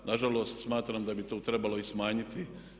Nažalost, smatram da bi to trebalo i smanjiti.